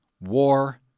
War